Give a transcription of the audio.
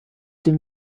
dem